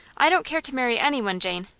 i don't care to marry any one, jane.